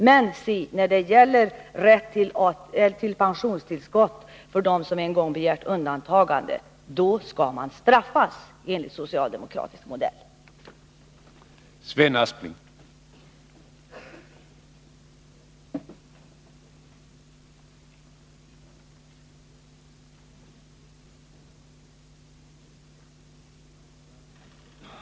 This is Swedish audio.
Men si, när det gäller rätt till pensionstillskott för dem som en gång har begärt undantagande skall man, enligt socialdemokratisk modell, straffas.